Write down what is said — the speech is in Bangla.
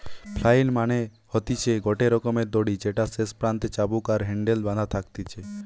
ফ্লাইল মানে হতিছে গটে রকমের দড়ি যেটার শেষ প্রান্তে চাবুক আর হ্যান্ডেল বাধা থাকতিছে